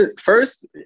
first